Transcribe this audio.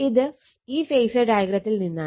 ഇത് ഈ ഫേസർ ഡയഗ്രത്തിൽ നിന്നാണ്